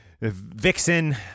Vixen